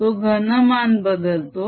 तो घनमान बदलतो